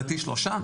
לדעתי שלושה,